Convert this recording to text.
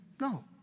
No